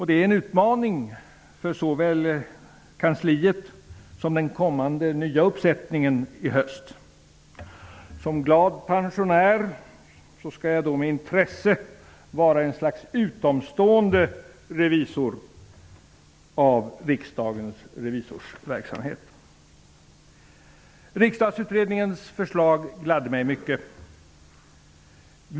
Det är en utmaning för såväl kansliet som den kommande nya uppsättningen i höst. Som glad pensionär skall jag med intresse vara ett slags utomstående revisor av Riksdagens revisorers verksamhet. Riksdagsutredningens förslag gladde mig mycket.